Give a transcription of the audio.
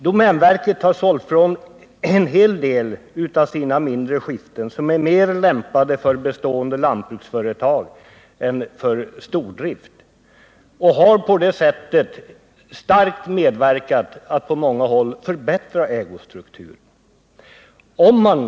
Domänverket har sålt en hel del av sina mindre skiften som är mer lämpade för bestående lantbruksföretag än för stordrift och har på det sättet starkt medverkat till att på många håll förbättra ägostrukturen.